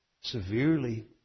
severely